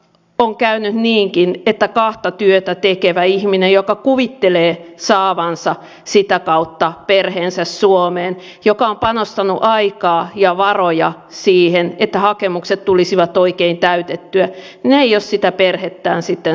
on käynyt niinkin että kahta työtä tekevä ihminen joka kuvittelee saavansa sitä kautta perheensä suomeen joka on panostanut aikaa ja varoja siihen että hakemukset tulisi oikein täytettyä ei ole sitä perhettään sitten saanutkaan